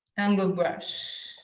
angled brush.